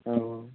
औ